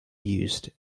used